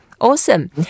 Awesome